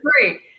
great